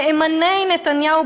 נאמני נתניהו,